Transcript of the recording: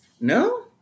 No